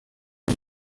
ngo